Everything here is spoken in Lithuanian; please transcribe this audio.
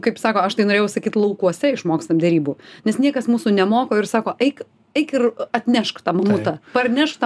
kaip sako aš tai norėjau sakyt laukuose išmokstam derybų nes niekas mūsų nemoko ir sako eik eik ir atnešk tą mamutą parnešk tą